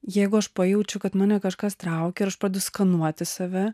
jeigu aš pajaučiu kad mane kažkas traukia ir aš pradedu skanuoti save